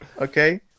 Okay